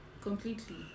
completely